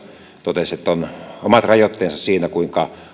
totesi että on omat rajoitteensa siinä kuinka